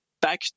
back